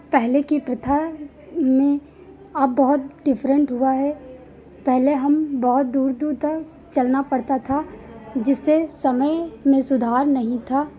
पहले की प्रथा में अब बहुत डिफरेंट हुआ है पहले हम बहुत दूर दूर तक चलना पड़ता था जिससे समय में सुधार नहीं था